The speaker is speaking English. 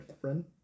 Friend